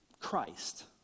Christ